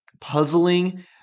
puzzling